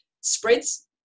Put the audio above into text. spreads